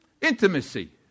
Intimacy